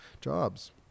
jobs